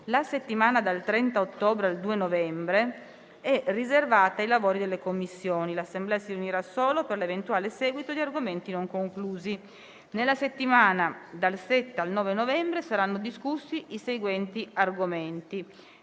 La settimana dal 30 ottobre al 2 novembre è riservata ai lavori delle Commissioni; l'Assemblea si riunirà solo per l'eventuale seguito di argomenti non conclusi. Nella settimana dal 7 al 9 novembre saranno discussi i seguenti argomenti: